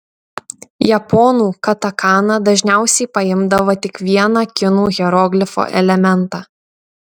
japonų katakana dažniausiai paimdavo tik vieną kinų hieroglifo elementą